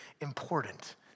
important